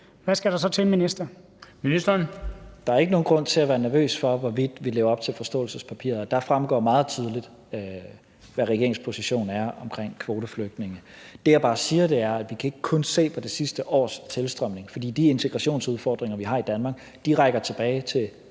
og integrationsministeren (Mattias Tesfaye): Der er ikke nogen grund til at være nervøs for, hvorvidt vi lever op til forståelsespapiret, og der fremgår det meget tydeligt, hvad regeringens position er omkring kvoteflygtninge. Det, jeg bare siger, er, at vi ikke kun kan se på det sidste års tilstrømning, fordi de integrationsudfordringer, vi har i Danmark, rækker tilbage til